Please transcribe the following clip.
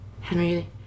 Henry